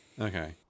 Okay